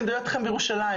בירושלים,